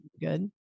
good